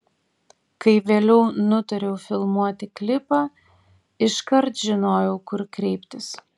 kai vėliau nutariau filmuoti klipą iškart žinojau kur kreiptis